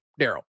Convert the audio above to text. Daryl